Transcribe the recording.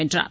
வென்றார்